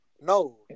No